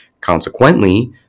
consequently